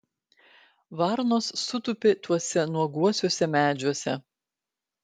varnos sutūpė tuose nuoguosiuose medžiuose